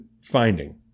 finding